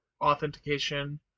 authentication